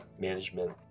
management